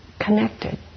connected